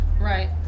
Right